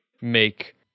make